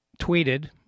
tweeted